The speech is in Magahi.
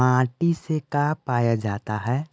माटी से का पाया जाता है?